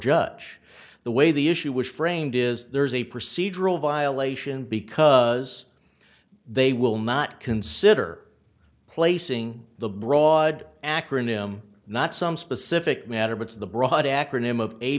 judge the way the issue was framed is there is a procedural violation because they will not consider placing the broad acronym not some specific matter but the broad acronym of a